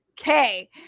okay